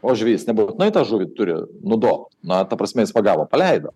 o žvejys nebūtinai tą žuvį turi nudobt na ta prasme jis pagavo paleido